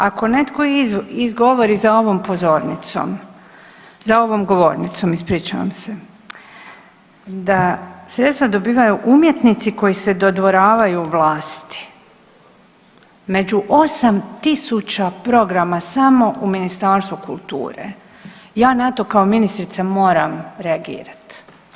Ako netko izgovori za ovom pozornicom, za ovom govornicom ispričavam se da sredstva dobivaju umjetnici koji se dodvoravaju vlasti, među 8.000 programa samo u Ministarstvu kulture ja na to kao ministrica moram reagirati.